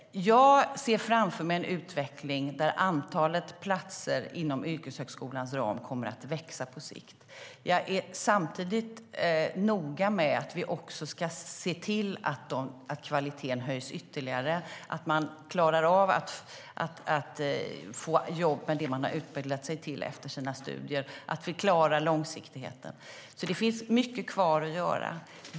Jag ser framför mig en utveckling där antalet platser inom yrkeshögskolans ram kommer att växa på sikt. Jag är samtidigt noga med att vi ska se till att kvaliteten höjs ytterligare, att man efter sina studier får jobba med det man har utbildat sig till och att vi klarar långsiktigheten. Det finns alltså mycket kvar att göra.